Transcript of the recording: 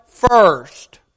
First